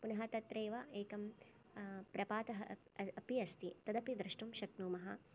पुनः तत्रैव एकं प्रपातः अपि अस्ति तदपि द्रष्टुं शक्नुमः